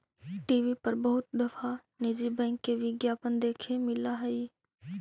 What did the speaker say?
TV पर बहुत दफा निजी बैंक के विज्ञापन देखे मिला हई